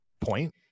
point